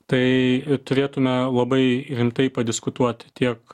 tai turėtume labai rimtai padiskutuoti tiek